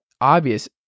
obvious